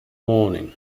morning